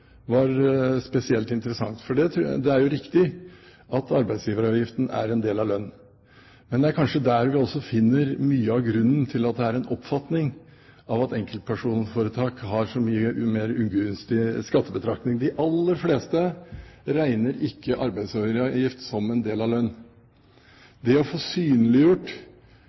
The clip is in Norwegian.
var spesielt interessant. Det er jo riktig at arbeidsgiveravgiften er en del av lønn. Men det er kanskje også der vi finner mye av grunnen til at det er en oppfatning av at enkeltpersonforetak har så mye mer ugunstig skattebetraktning. De aller, aller fleste regner ikke arbeidsgiveravgift som en del av lønn. Det å få synliggjort